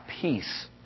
peace